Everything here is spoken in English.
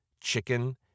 chicken